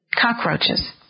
Cockroaches